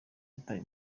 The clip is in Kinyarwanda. yataye